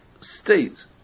state